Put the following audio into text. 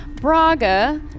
Braga